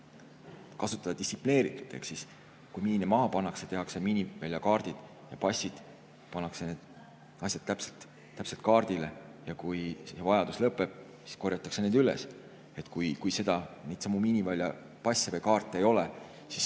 kasutada distsiplineeritult. Ehk siis, kui miine maha pannakse, tehakse miiniväljakaardid ja ‑passid, pannakse need asjad täpselt kaardile, ja kui vajadus lõpeb, siis korjatakse need üles. Kui neidsamu miiniväljapasse või ‑kaarte ei ole, siis